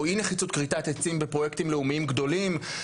אי נחיצות כריתת עצים בפרויקטים לאומיים גדולים,